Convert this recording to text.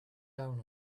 down